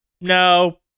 No